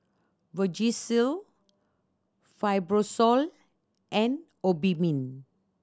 Vagisil Fibrosol and Obimin